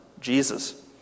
Jesus